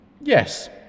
Yes